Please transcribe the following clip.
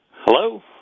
Hello